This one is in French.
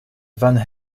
van